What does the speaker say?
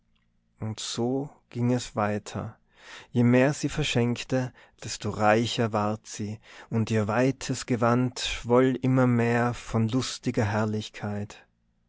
und so ging es weiter je mehr sie verschenkte desto reicher ward sie und ihr weites gewand schwoll immer mehr von lustiger herrlichkeit